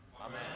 Amen